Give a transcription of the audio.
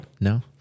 No